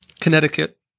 Connecticut